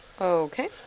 Okay